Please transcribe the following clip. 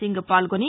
సింగ్ పాల్గొని